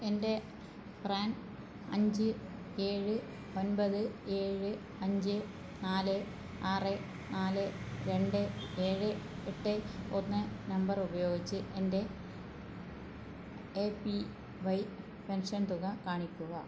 എൻ്റെ പ്രാൻ അഞ്ച് ഏഴ് ഒൻപത് ഏഴ് അഞ്ച് നാല് ആറ് നാല് രണ്ട് ഏഴ് എട്ട് ഒന്ന് നമ്പർ ഉപയോഗിച്ച് എൻ്റെ എ പി വൈ പെൻഷൻ തുക കാണിക്കുക